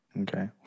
Okay